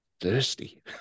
thirsty